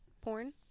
Porn